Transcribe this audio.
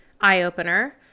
eye-opener